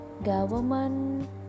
Government